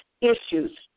issues